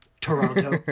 toronto